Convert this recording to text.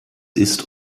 ist